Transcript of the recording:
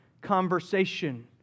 conversation